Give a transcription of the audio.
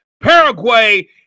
Paraguay